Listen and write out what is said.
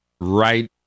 right